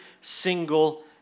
single